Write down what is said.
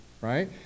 Right